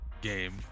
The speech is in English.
game